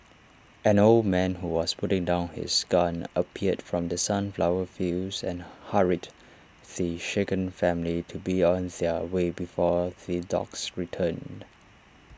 an old man who was putting down his gun appeared from the sunflower fields and hurried the shaken family to be on their way before the dogs returned